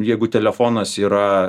jeigu telefonas yra